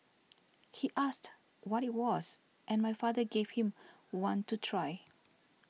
he asked what it was and my father gave him one to try